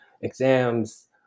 exams